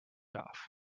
off